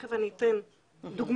ותיכף אני אתן דוגמה,